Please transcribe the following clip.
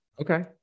Okay